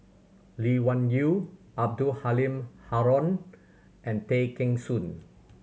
Lee Wung Yew Abdul Halim Haron and Tay Kheng Soon